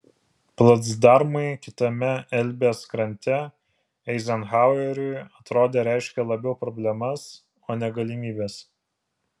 placdarmai kitame elbės krante eizenhaueriui atrodo reiškė labiau problemas o ne galimybes